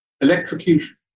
Electrocution